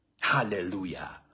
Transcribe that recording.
Hallelujah